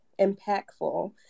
impactful